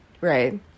right